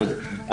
זאת אומרת,